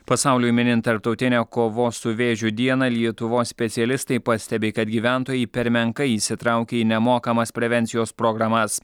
pasauliui minint tarptautinę kovos su vėžiu dieną lietuvos specialistai pastebi kad gyventojai per menkai įsitraukia į nemokamas prevencijos programas